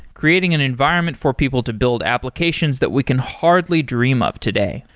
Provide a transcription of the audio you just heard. creating an environment for people to build applications that we can hardly dream up today.